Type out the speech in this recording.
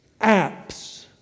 apps